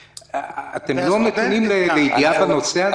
אתם לא יודעים על הנושא הזה?